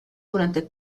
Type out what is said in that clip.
durante